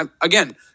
Again